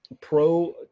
Pro